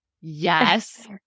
Yes